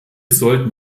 sollten